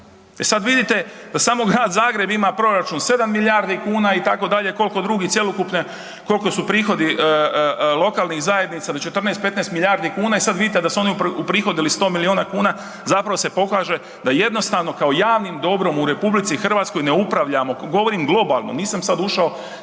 sad vidite da samo Grad Zagreb ima proračun 7 milijardi kuna itd., koliko drugi cjelokupne, koliko su prihodi lokalnih zajednica od 14, 15 milijardi kuna i sad vidite da su oni uprihodili 100 miliona kuna zapravo se pokaže da jednostavno kao javnim dobrom u RH ne upravljamo, govorim globalno, nisam sad ušao